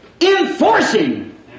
Enforcing